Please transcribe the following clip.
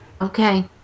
Okay